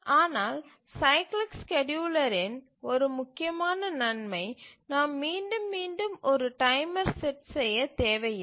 ஆனால் சைக்கிளிக் ஸ்கேட்யூலரின் ஒரு முக்கியமான நன்மை நாம் மீண்டும் மீண்டும் ஒரு டைமர் செட் செய்ய தேவை இல்லை